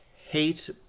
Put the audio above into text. hate